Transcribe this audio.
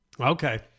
Okay